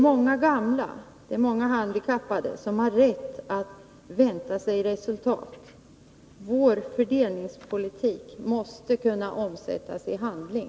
Många grupper av handikappade har rätt att vänta sig resultat. Vår fördelningspolitik måste kunna omsättas i handling.